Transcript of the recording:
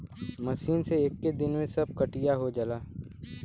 machine से एक्के दिन में सब कटिया हो जाला